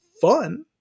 fun